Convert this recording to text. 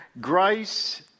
Grace